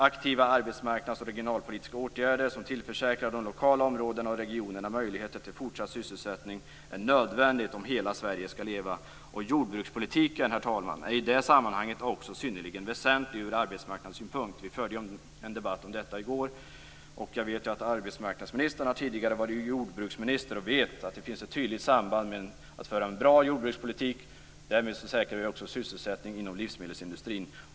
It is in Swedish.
Aktiva arbetsmarknads och regionalpolitiska åtgärder som tillförsäkrar de lokala områdena och regionerna möjligheter till fortsatt sysselsättning är nödvändiga om hela Sverige skall leva. Jordbrukspolitiken är i det sammanhanget synnerligen väsentlig ur arbetsmarknadssynpunkt. Vi förde en debatt om detta i går. Jag vet att arbetsmarknadsministern tidigare har varit jordbruksminister och vet att det finns ett tydligt samband med att föra en bra jordbrukspolitik. Därmed säkrar vi också sysselsättningen inom livsmedelsindustrin.